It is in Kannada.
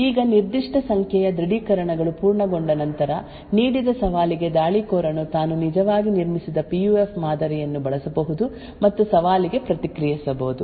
ಈಗ ನಿರ್ದಿಷ್ಟ ಸಂಖ್ಯೆಯ ದೃಢೀಕರಣಗಳು ಪೂರ್ಣಗೊಂಡ ನಂತರ ನೀಡಿದ ಸವಾಲಿಗೆ ದಾಳಿಕೋರನು ತಾನು ನಿಜವಾಗಿ ನಿರ್ಮಿಸಿದ ಪಿಯುಎಫ್ ಮಾದರಿಯನ್ನು ಬಳಸಬಹುದು ಮತ್ತು ಸವಾಲಿಗೆ ಪ್ರತಿಕ್ರಿಯಿಸಬಹುದು